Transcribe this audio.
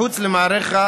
מחוץ למערכת